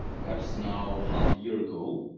perhaps now half a year ago.